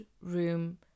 room